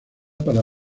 para